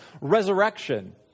resurrection